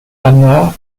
anna